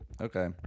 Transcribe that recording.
Okay